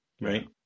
right